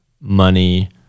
money